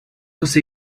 você